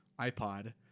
ipod